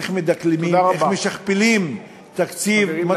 איך מדקלמים, תודה רבה.